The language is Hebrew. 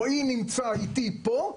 רועי נמצא איתי פה,